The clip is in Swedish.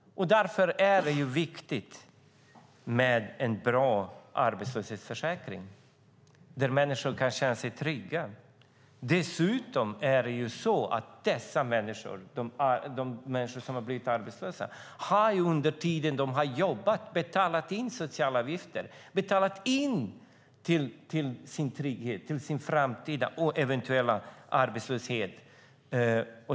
Därför är det viktigt med en bra arbetslöshetsförsäkring där människor kan känna sig trygga. Dessutom har de människor som har blivit arbetslösa under den tid de har jobbat betalat in sociala avgifter. De har betalat in till sin trygghet, till sin framtid och till sin eventuella arbetslöshet.